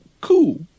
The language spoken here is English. cool